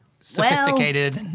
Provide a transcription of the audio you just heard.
sophisticated